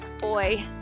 Boy